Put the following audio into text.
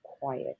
quiet